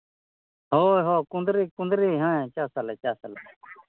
ᱦᱳᱭ ᱦᱳᱭ ᱠᱩᱸᱫᱽᱨᱤ ᱠᱩᱸᱫᱽᱨᱤ ᱦᱮᱸ ᱪᱟᱥᱟᱞᱮ ᱪᱟᱥᱟᱞᱮ